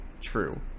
true